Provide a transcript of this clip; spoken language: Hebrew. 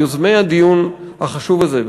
יוזמי הדיון החשוב הזה,